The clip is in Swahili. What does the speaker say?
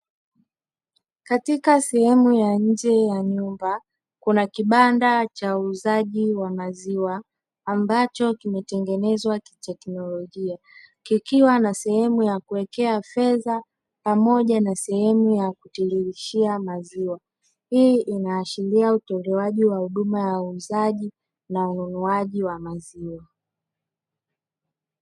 Katika sehemu ya nje ya nyumba, kuna kibanda cha uuzaji wa maziwa ambacho kimetengenezwa kiteknolojia, kikiwa na sehemu ya kuwekea fedha pamoja na sehemu ya kutiririshia maziwa. Hii inaashiria utolewaji wa huduma ya uuzaji na ununuaji wa maziwa.